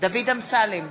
דוד אמסלם,